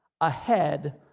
ahead